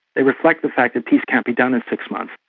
they reflect the fact that peace can't be done in six months.